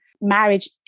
marriage